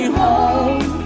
home